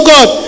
God